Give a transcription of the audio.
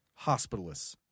hospitalists